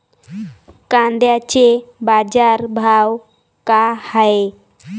कांद्याचे बाजार भाव का हाये?